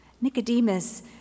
Nicodemus